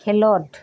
ᱠᱷᱮᱞᱳᱰ